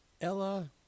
Ella